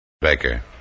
Baker